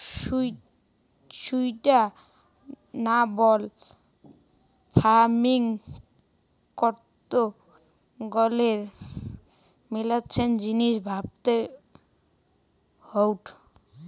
sustainable farming করত গ্যালে মেলাছেন জিনিস ভাবতে হউ